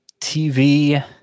TV